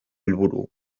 helburu